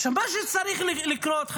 מה שצריך לקרות,